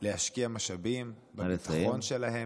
להשקיע משאבים בביטחון שלהם.